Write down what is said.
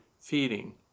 feeding